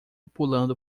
pulando